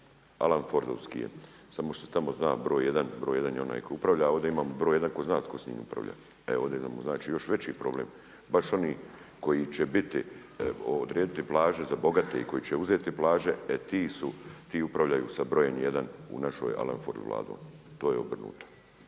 Alan Fordovski je, samo što se zna broj 1. Broj 1. je onaj koji upravlja, a ovdje imamo broj 1 tko zna tko s njim upravlja. E ovdje imamo još veći problem. Baš oni koji će biti odrediti plaže za bogate i koji će uzeti plaže, e ti su, ti upravljaju sa brojem 1, u našoj Alan Ford Vladom, to je obrnuto.